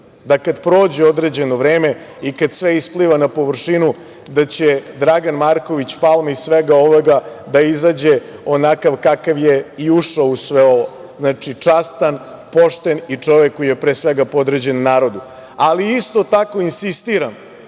da kada prođe određeno vreme i kada sve ispliva na površinu, da će Dragan Marković Palma iz svega ovoga da izađe onakav kakav je i ušao u sve ovo, častan, pošten i čovek koji je, pre svega podređen narodu. Isto tako insistiram